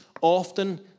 often